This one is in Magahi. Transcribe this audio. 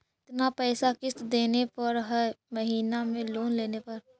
कितना पैसा किस्त देने पड़ है महीना में लोन लेने पर?